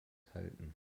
halten